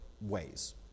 ways